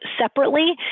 separately